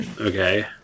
Okay